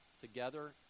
together